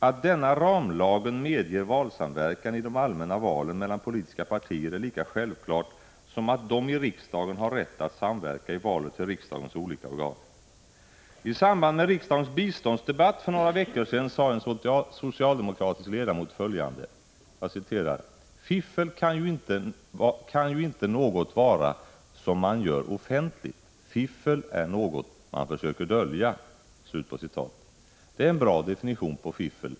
Att denna ramlag medger valsamverkan i de allmänna valen mellan politiska partier är lika självklart som att de i riksdagen har rätt att samverka i valet till riksdagens olika organ. I samband med riksdagens biståndsdebatt för några veckor sedan sade en socialdemokratisk ledamot följande: Fiffel kan ju inte något vara som man gör offentligt. Fiffel är något man försöker dölja. Det är en bra definition på fiffel.